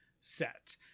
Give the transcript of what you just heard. set